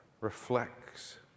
reflects